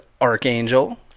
Archangel